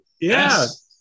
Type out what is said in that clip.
Yes